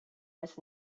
was